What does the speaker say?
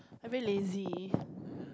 I very lazy